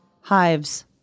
Hives